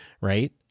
right